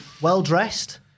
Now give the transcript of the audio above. well-dressed